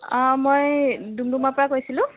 অঁ মই ডুমডুমাৰ পৰা কৈছিলোঁ